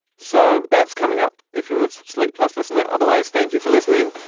so that's coming up. if you're a slate plus listener otherwise, thank you for listening.